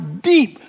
deep